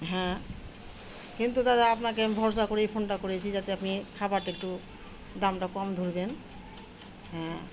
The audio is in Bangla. হ্যাঁ কিন্তু দাদা আপনাকে ভরসা করেই ফোনটা করেছি যাতে আপনি খাবারটা একটু দামটা কম ধরবেন হ্যাঁ